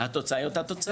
התוצאה היא אותה תוצאה.